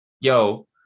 Yo